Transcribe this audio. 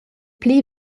pli